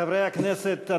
חברי הכנסת,